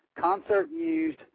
concert-used